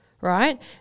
right